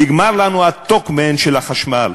נגמר לנו הטוקמן של החשמל.